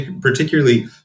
particularly